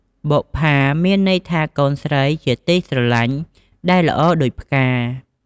បុប្ផា មានន័យថាកូនស្រីជាទីស្រលាញ់ដែលល្អដូចផ្កា។